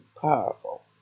powerful